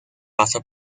pasa